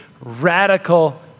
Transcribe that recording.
radical